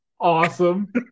awesome